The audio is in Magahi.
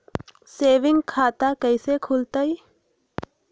सेविंग खाता कैसे खुलतई?